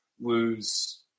lose